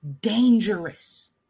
Dangerous